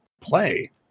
play